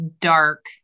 dark